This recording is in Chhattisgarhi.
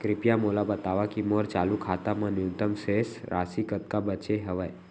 कृपया मोला बतावव की मोर चालू खाता मा न्यूनतम शेष राशि कतका बाचे हवे